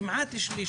כמעט שליש,